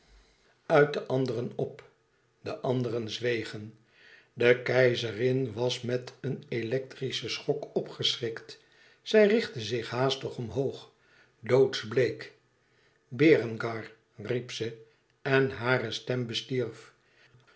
uit de anderen op de anderen zwegen de keizerin was met een electrischen schok opgeschrikt zij richtte zich haastig omhoog doodsbleek berengar riep ze en hare stem bestierf